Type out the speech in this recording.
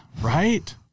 right